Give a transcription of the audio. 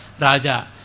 Raja